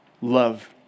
Love